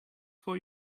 for